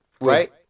Right